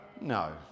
No